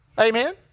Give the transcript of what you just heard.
Amen